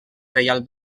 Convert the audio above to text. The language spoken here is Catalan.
reial